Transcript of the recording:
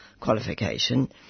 qualification